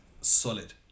solid